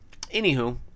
Anywho